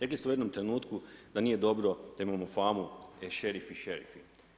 Rekli ste u jednom trenutku da nije dobro da imamo famu šerif i šerifi.